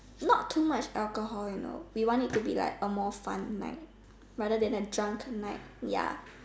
not too much alcohol you know we want it to be a more fun night rather than a drunk night ya